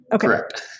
Correct